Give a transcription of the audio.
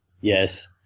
Yes